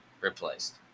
replaced